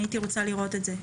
אני הייתי רוצה לראות את זה.